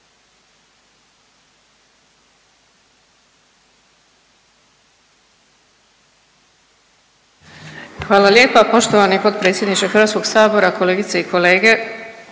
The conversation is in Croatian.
Hvala lijepo poštovani potpredsjedniče Hrvatskog sabora. Poštovane kolegice i kolege,